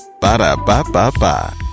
Ba-da-ba-ba-ba